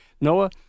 Noah